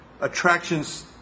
Attractions